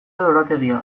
lorategia